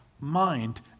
mind